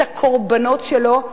את הקורבנות שלו,